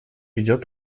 идет